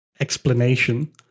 explanation